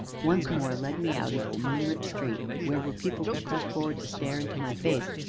once more led me out into the moonlit street, where were people who pressed forward to stare into my face,